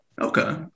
Okay